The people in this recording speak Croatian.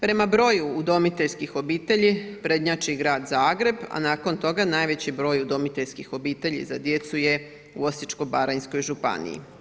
Prema broju udomiteljskih obitelji prednjači Grad Zagreb, a nakon toga najveći broj udomiteljskih obitelji za djecu je u Osječko-baranjskoj županiji.